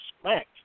smacked